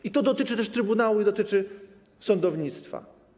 I to dotyczy też trybunału i dotyczy sądownictwa.